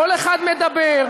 כל אחד מדבר,